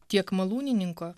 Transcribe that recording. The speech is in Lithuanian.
tiek malūnininko